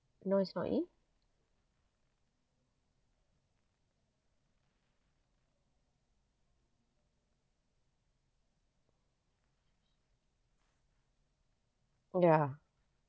noise not in ya